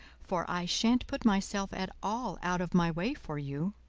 for i shan't put myself at all out of my way for you.